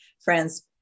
friends